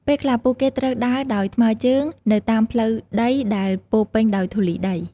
ពេលខ្លះពួកគេត្រូវដើរដោយថ្មើរជើងនៅតាមផ្លូវដីដែលពោរពេញដោយធូលីដី។